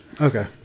Okay